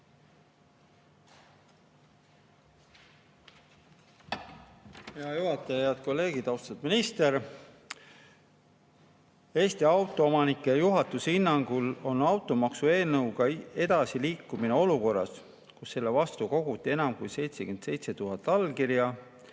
Hea juhataja! Head kolleegid! Austatud minister! "Eesti Autoomanike [Liidu] juhatuse hinnangul on automaksu eelnõuga edasiliikumine olukorras, kus selle vastu koguti enam kui 77 000 allkirja